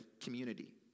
community